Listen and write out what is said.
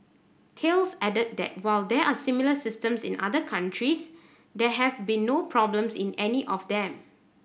Thales added that while there are similar systems in other countries there have been no problems in any of them